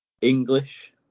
English